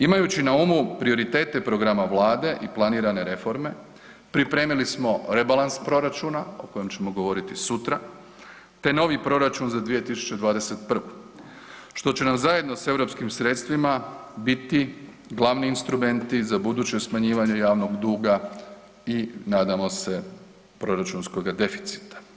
Imajući na umu prioritete programa Vlade i planirane reforme pripremili smo rebalans proračuna, o kojem ćemo govoriti sutra, te novi proračun za 2021., što će nam zajedno sa europskim sredstvima biti glavni instrumenti za buduće smanjivanje javnog duga i nadamo se proračunskoga deficita.